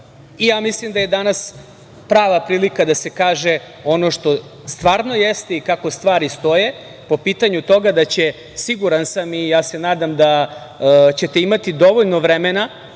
državama. Mislim da je danas prava prilika da se kaže ono što stvarno jeste i kako stvari stoje po pitanju toga da će, siguran sam i ja se nadam da ćete imati dovoljno vremena